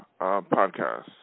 podcast